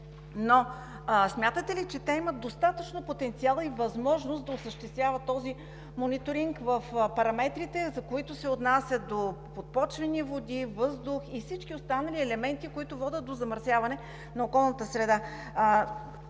Но смятате ли, че те имат достатъчно потенциал и възможност да осъществяват този мониторинг в параметрите, които се отнасят до подпочвени води, въздух и всички останали елементи, които водят до замърсяване на околната среда?